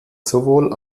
sowohl